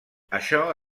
això